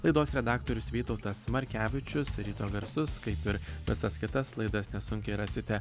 laidos redaktorius vytautas markevičius ryto garsus kaip ir visas kitas laidas nesunkiai rasite